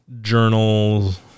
journals